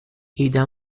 ایده